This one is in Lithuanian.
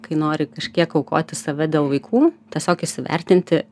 kai nori kažkiek aukoti save dėl vaikų tiesiog įsivertinti